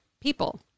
people